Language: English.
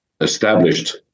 established